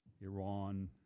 Iran